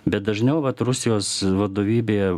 bet dažniau vat rusijos vadovybė